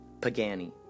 Pagani